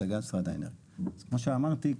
שאמרתי,